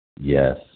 Yes